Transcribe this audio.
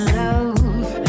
love